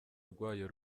rwayo